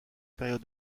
période